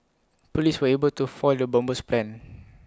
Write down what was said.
Police were able to foil the bomber's plans